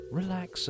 relax